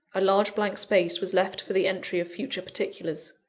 a large blank space was left for the entry of future particulars.